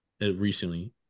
recently